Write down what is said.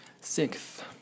Sixth